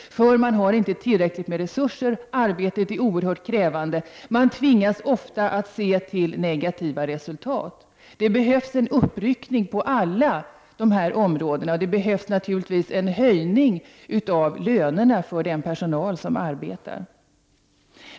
Resurserna är nämligen inte tillräckliga, och arbetet är oerhört krävande. Man tvingas ofta se till negativa resultat. Det behövs en uppryckning på alla dessa områden, och det behövs naturligtvis en höjning av lönerna för den personal som arbetar.